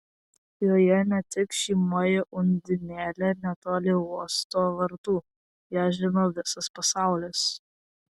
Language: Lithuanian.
joje ne tik žymioji undinėlė netoli uosto vartų ją žino visas pasaulis